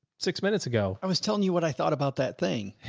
six minutes ago. i was telling you what i thought about that thing,